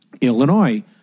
Illinois